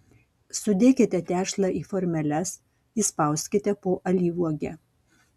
sudėkite tešlą į formeles įspauskite po alyvuogę